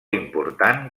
important